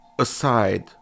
aside